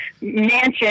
mansion